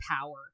power